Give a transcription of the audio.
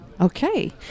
Okay